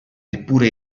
eppure